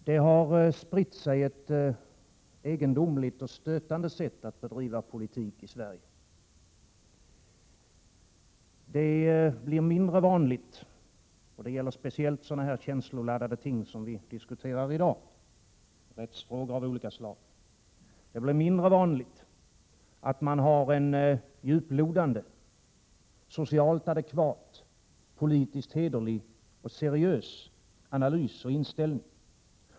Herr talman! Det har spritt sig ett egendomligt och stötande sätt att bedriva politik i Sverige. Det blir mindre vanligt — det gäller speciellt sådana här känsloladdade ting som vi diskuterar i dag, rättssäkerhetsfrågor av olika slag — att man har en djuplodande, socialt adekvat, politiskt hederlig och seriös analys och inställning.